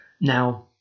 Now